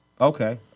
Okay